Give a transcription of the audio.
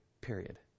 period